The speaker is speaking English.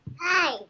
Hi